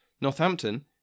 Northampton